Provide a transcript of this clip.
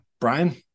brian